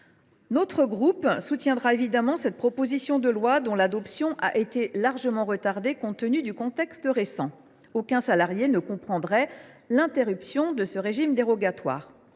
territoires soutiendra évidemment cette proposition de loi, dont l’adoption a déjà été largement retardée compte tenu du contexte récent, car aucun salarié ne comprendrait l’interruption de ce régime dérogatoire.